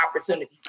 opportunity